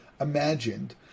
imagined